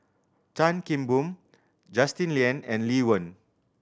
Chan Kim Boon Justin Lean and Lee Wen